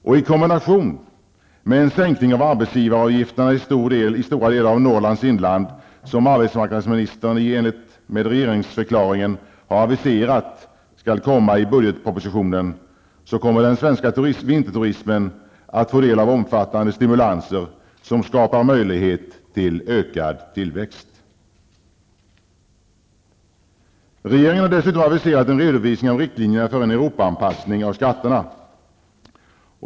I kombination med en sänkning av arbetsgivaravgifterna i stora delar av Norrlands inland, som arbetsmarknadsministern i enlighet med regeringsförklaringen har aviserat skall komma i budgetspropositionen, kommer den svenska vinterturismen att få del av omfattande stimulanser som skapar möjlighet till ökad tillväxt. Regeringen har dessutom aviserat en redovisning av riktlinjerna för en Europaanpassning av skatterna.